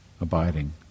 abiding